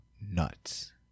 nuts